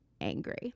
Angry